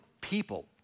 people